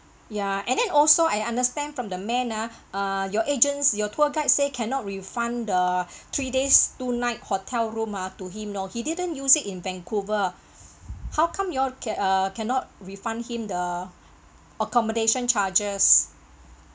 ya and then also I understand from the man ah uh your agents your tour guide say cannot refund the three days two night hotel room ah to him know he didn't use it in vancouver how come y'all can uh cannot refund him the accommodation charges